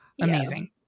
Amazing